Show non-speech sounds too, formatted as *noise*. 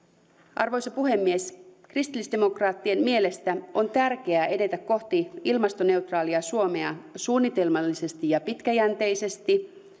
arvoisa puhemies kristillisdemokraattien mielestä on tärkeää edetä kohti ilmastoneutraalia suomea suunnitelmallisesti ja pitkäjänteisesti *unintelligible*